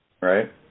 Right